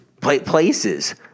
places